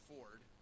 Ford